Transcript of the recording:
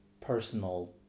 personal